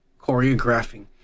choreographing